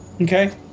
okay